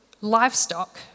livestock